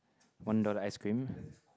one dollar ice cream